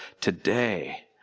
today